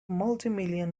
multimillion